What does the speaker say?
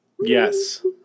Yes